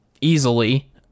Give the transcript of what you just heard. Easily